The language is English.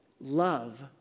love